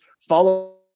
follow